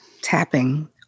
tapping